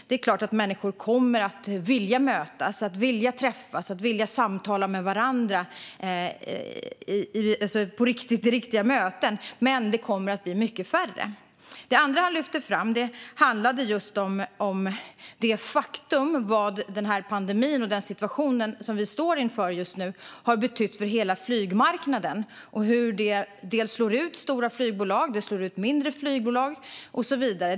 Det är klart att människor kommer att vilja mötas, träffas och samtala med varandra på riktiga möten, men det kommer att bli mycket färre sådana. Det andra som han lyfte fram handlade just om vad pandemin och den situation som vi står inför just nu har betytt för hela flygmarknaden, hur det slår ut stora och mindre flygbolag och så vidare.